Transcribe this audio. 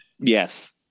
Yes